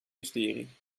mysterie